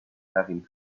having